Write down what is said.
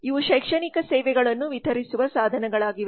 ಇವು ಶೈಕ್ಷಣಿಕ ಸೇವೆಗಳನ್ನು ವಿತರಿಸುವ ಸಾಧನಗಳಾಗಿವೆ